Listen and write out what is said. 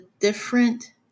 different